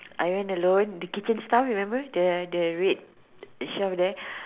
I mean alone the kitchen staff remember the the red chef there